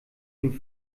dem